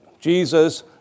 Jesus